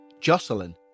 Jocelyn